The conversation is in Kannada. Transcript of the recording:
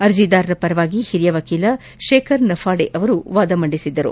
ಅರ್ಜಿದಾರರ ಪರವಾಗಿ ಹಿರಿಯ ವಕೀಲ ಶೇಖರ್ ನಘಾಡೆ ಅವರು ವಾದ ಮಂಡಿಸಿದ್ದರು